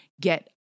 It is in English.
get